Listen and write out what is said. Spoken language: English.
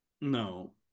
No